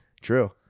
True